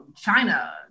China